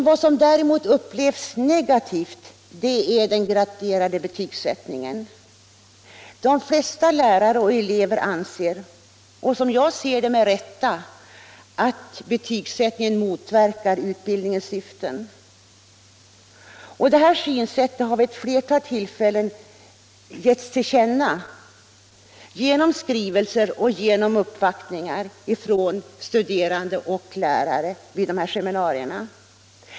Vad som däremot upplevs negativt är den graderade betygsättningen. De flesta lärare och elever anser — och som jag ser det med rätta — att betygsättningen motverkar utbildningens syften. Detta synsätt har vid ett flertal tillfällen givits till känna genom skrivelser och genom uppvaktningar från studerande och lärare vid seminarierna.